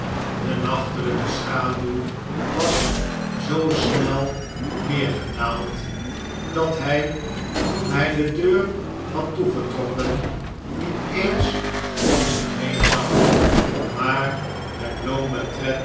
de nachtelijke schaduw was zoo snel neergedaald dat hij toen hij de deur had toegetrokken niet eens om zich heen zag maar met loom